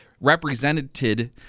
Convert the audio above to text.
Represented